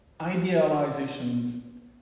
idealizations